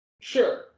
Sure